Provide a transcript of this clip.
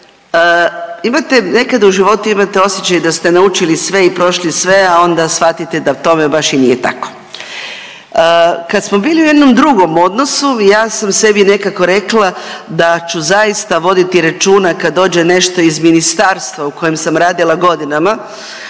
nekad u životu imate osjećaj da ste naučili sve i prošli sve, a onda shvatite da tome baš i nije tako. Kad smo bili u jednom drugom odnosu ja sam sebi nekako rekla da ću zaista voditi računa kad dođe nešto iz ministarstva u kojem sam radila godinama